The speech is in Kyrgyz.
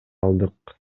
алдык